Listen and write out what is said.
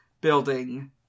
building